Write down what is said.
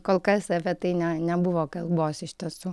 kol kas apie tai ne nebuvo kalbos iš tiesų